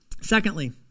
Secondly